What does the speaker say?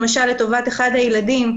למשל לטובת אחד הילדים,